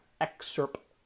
excerpt